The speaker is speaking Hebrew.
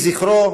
יהיו זכרו,